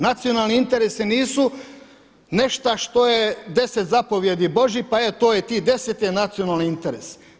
Nacionalni interesi nisu nešto što je 10 zapovjedi Božji pa e to je tih 10 je nacionalni interes.